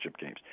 games